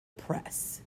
press